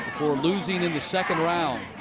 before losing in the second round.